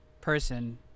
person